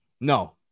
No